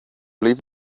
leave